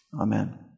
amen